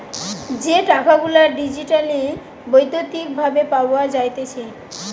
যে টাকা গুলা ডিজিটালি বৈদ্যুতিক ভাবে পাওয়া যাইতেছে